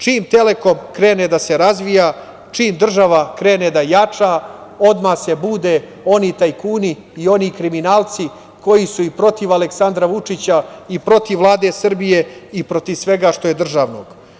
Čim Telekom krene da se razvija, čim država krene da jača, odmah se bude oni tajkuni i oni kriminalci koji su i protiv Aleksandra Vučića, i protiv Vlade Srbije i protiv svega što je državno.